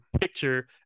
picture